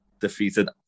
Defeated